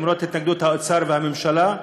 למרות התנגדות האוצר והממשלה,